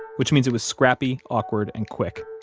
which means it was scrappy, awkward, and quick,